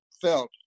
felt